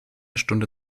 stunde